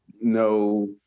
No